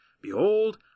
Behold